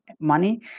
money